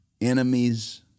enemies